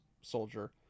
soldier